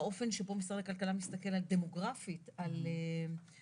האופן שבו משרד הכלכלה מסתכל דמוגרפית על אוכלוסיות,